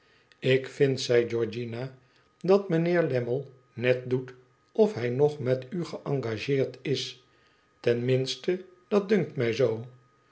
ik vind zei georgiana tdat mijnheer lammie net doet of hij nog met u geëngageerd is ten minste dat dunkt mij zoo